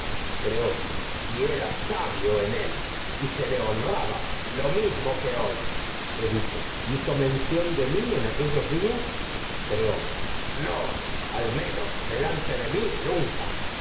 arte creonte y era sabio en él y se le honraba lo mis mo que hoy edié o hizo mención de mi en aquellos días creonte edipo no al menos delante de mi nunca